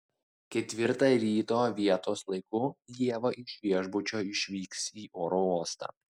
ketvirtą ryto vietos laiku ieva iš viešbučio išvyks į oro uostą